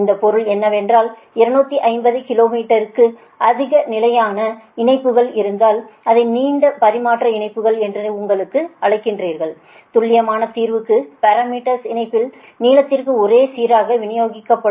இதன் பொருள் என்னவென்றால் 250 கிலோமீட்டருக்கும் அதிக நீளமாக இணைப்புகள் இருந்தால் அதை நீண்ட பரிமாற்ற இணைப்புகள் என்று நீங்கள் அழைக்கிறீர்கள் துல்லியமான தீர்வுக்கு பாரமீட்டர்ஸ் இணைப்பின் நீளத்திற்கு ஒரே சீராக விநியோகிக்கப்படும்